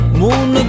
moon